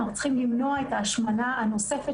אנחנו צריכים למנוע את ההשמנה הנוספת.